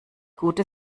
gute